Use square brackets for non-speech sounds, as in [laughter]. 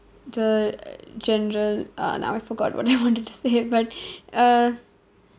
the general ugh now I forgot what I [laughs] wanted to say but [breath] uh